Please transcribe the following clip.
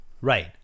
Right